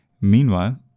Meanwhile